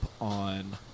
on